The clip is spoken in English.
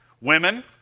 Women